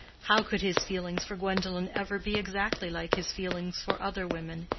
how could his feelings for gwendolen ever be exactly like his feelings for other women,